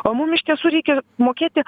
o mum iš tiesų reikia mokėti